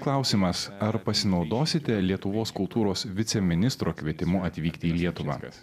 klausimas ar pasinaudosite lietuvos kultūros viceministro kvietimu atvykti į lietuvą